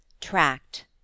Tract